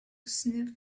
sniff